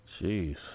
Jeez